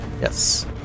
yes